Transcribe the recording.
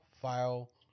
file